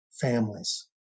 families